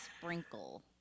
sprinkle